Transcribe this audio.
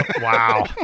wow